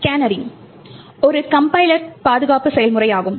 canary ஒரு compiler பாதுகாப்பு செயல்முறையாகும்